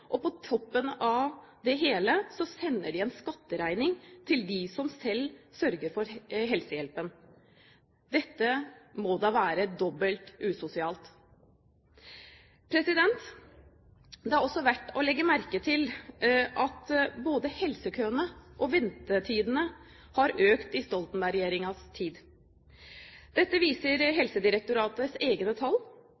det. På toppen av det hele sender de en skatteregning til dem som selv sørger for helsehjelpen. Dette må da være dobbelt usosialt. Det er også verdt å legge merke til at både helsekøene og ventetidene har økt i Stoltenberg-regjeringens tid. Dette viser